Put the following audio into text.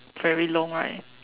very long right